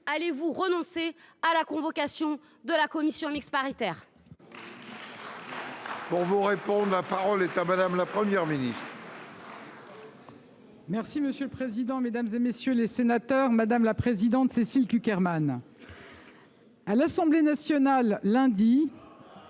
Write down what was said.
allez vous renoncer à la convocation de la commission mixte paritaire ?